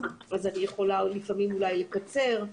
אני יכולה לפעמים לקצר.